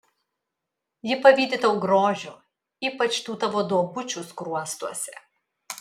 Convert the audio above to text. ji pavydi tau grožio ypač tų tavo duobučių skruostuose